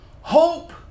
Hope